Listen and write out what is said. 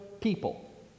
people